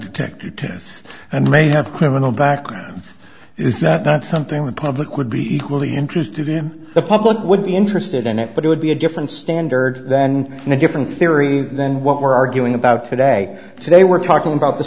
kicked to death and may have criminal background is that not something the public would be equally interested in the public would be interested in it but it would be a different standard then in a different theory than what we're arguing about today today we're talking about the